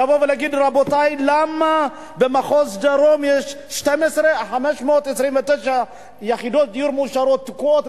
לבוא ולהגיד: למה במחוז דרום יש 12,529 יחידות דיור מאושרות תקועות?